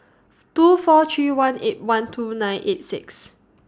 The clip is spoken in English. two four three one eight one two nine eight six